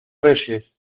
reyes